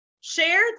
Share